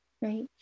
Right